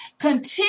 continue